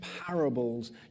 parables